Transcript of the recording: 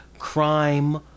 crime